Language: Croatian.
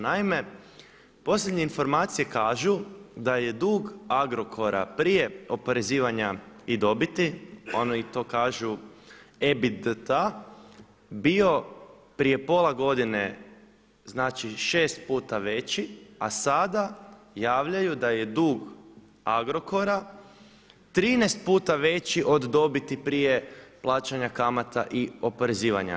Naime, posljednje informacije kažu da je dug Agrokora prije oporezivanja i dobiti oni to kažu EBITDA bio prije pola godine, znači 6 puta veći, a sada javljaju da je dug Agrokora 13 puta veći od dobiti prije plaćanja kamata i oporezivanja.